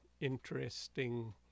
interesting